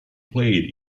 played